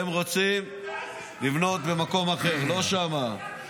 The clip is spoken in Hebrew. והם רוצים לבנות במקום אחר, לא שם.